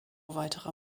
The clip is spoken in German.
weiterer